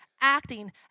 acting